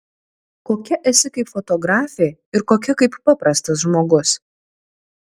kokia esi kaip fotografė ir kokia kaip paprastas žmogus